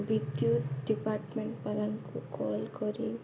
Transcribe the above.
ବିଦ୍ୟୁତ ଡିପାର୍ଟମେଣ୍ଟ ଵାଲାଙ୍କୁ କଲ୍ କରି